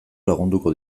lagunduko